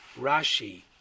Rashi